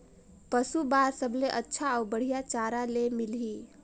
पशु बार सबले अच्छा अउ बढ़िया चारा ले मिलही?